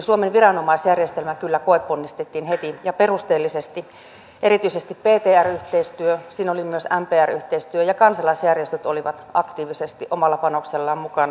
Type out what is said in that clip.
suomen viranomaisjärjestelmä kyllä koeponnistettiin heti ja perusteellisesti erityisesti ptr yhteistyö siinä oli myös mpr yhteistyö ja kansalaisjärjestöt olivat aktiivisesti omalla panoksellaan mukana